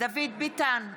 דוד ביטן,